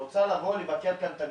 היא רוצה לבוא לבקר כאן את המשפחה.